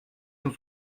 cent